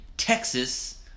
Texas